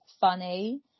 funny